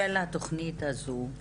של התוכנית הזו,